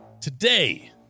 today